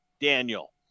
Daniel